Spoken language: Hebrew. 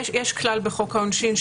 יש כלל בחוק העונשין,